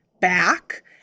back